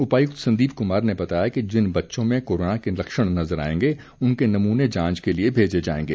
उपायुक्त संदीप कुमार ने बताया कि जिन बच्चों में कोरोना के लक्षण नजर आएंगे उनके नमूने जांच के लिए भेजे जाएंगे